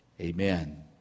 Amen